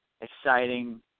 exciting